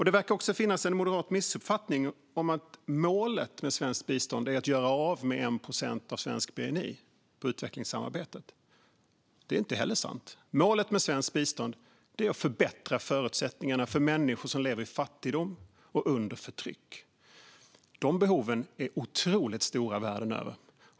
Det verkar också finnas en moderat missuppfattning om att målet med svenskt bistånd är att göra av med 1 procent av svensk bni på utvecklingssamarbetet. Det är inte heller sant. Målet med svenskt bistånd är att förbättra förutsättningarna för människor som lever i fattigdom och under förtryck. Dessa behov är otroligt stora världen över.